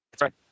Right